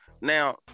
Now